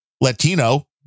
Latino